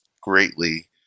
greatly